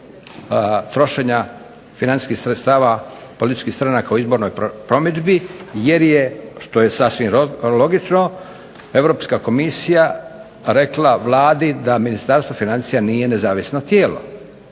trošenja financijskih sredstava političkih stranaka u izbornoj promidžbi što je sasvim logično, jer je Europska komisija rekla Vladi da Ministarstvo financija nije nezavisno tijelo,